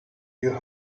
your